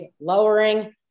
lowering